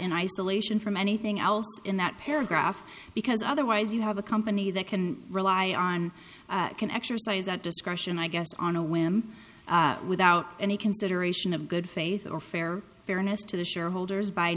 in isolation from anything else in that paragraph because otherwise you have a company that can rely on can exercise that discretion i guess on a whim without any consideration of good faith or fair fairness to the shareholders by